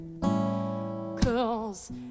Cause